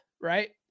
right